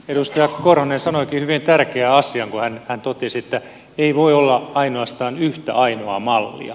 edustaja korhonen sanoikin hyvin tärkeän asian kun hän totesi että ei voi olla ainoastaan yhtä ainoaa mallia